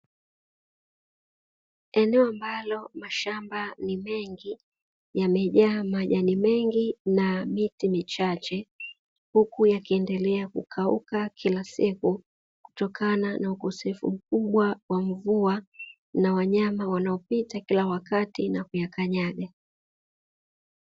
Eneo ambalo mashamba ni mengi, yamejaa majani mengi na miti michache, huku yakiendelea kukauka kila siku kutokana na ukosefu mkubwa wa mvua, na wanyama wanaopita kila wakati na kuyakanyaga.